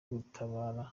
gutabara